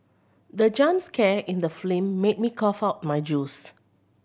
the jump scare in the made me cough out my juice